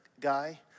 guy